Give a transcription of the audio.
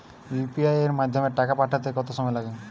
UPI এর মাধ্যমে টাকা পাঠাতে কত সময় লাগে?